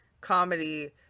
comedy